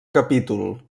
capítol